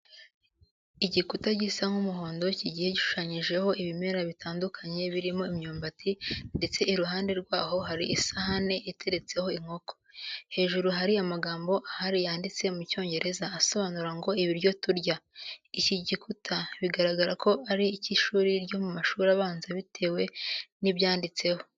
Igikuta gisa nk'umuhondo kigiye gishushanyijeho ibimera bitandukanye birimo imyumbati ndetse iruhande rwaho hari isahani iteretseho inkoko. Hejuru hari amagambo ahari yanditse mu Cyongereza asobanura ngo ibiryo turya. Iki gikuta biragaragra ko ari icy'ishuri ryo mu mashuri abanza bitewe n'ibyanditseho.